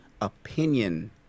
opinion